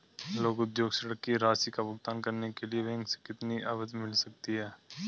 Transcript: लघु उद्योग ऋण की राशि का भुगतान करने के लिए बैंक से कितनी अवधि मिल सकती है?